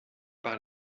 par